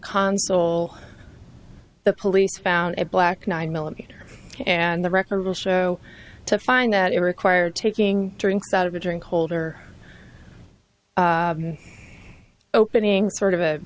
console the police found a black nine millimeter and the record will show to find that it required taking drinks out of a drink holder opening sort of